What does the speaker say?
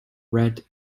red